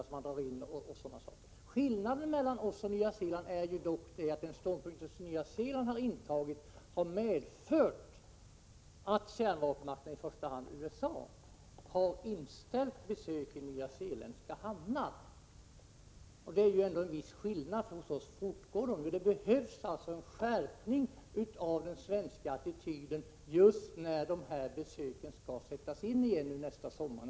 Skillnaden mellan oss och Nya Zeeland är att den ståndpunkt Nya Zeeland intagit medfört att kärnvapenmakterna, i första hand USA, har inställt besök i nyzeeländska hamnar. Det är ändå en viss skillnad, för hos oss fortgår sådana besök. Det behövs alltså en skärpning av den svenska attityden nu när sådana besök planeras inför nästa sommar.